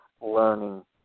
learning